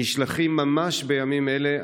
ממש בימים אלה,